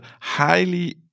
highly